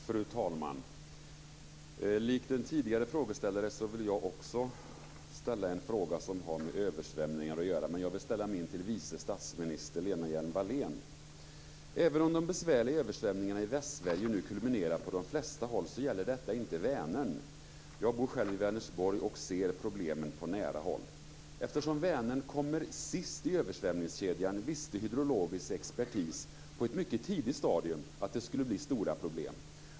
Fru talman! Likt den tidigare frågeställaren vill jag också ställa en fråga som gäller översvämningar, men jag vill ställa min fråga till vice statsminister Även om de besvärliga översvämningarna i Västsverige har kulminerat på de flesta håll gäller detta inte Vänern. Jag bor själv i Vänersborg och ser problemen på nära håll. Eftersom Vänern kommer sist i översvämningskedjan visste hydrologisk expertis på ett mycket tidigt stadium att det skulle bli stora problem.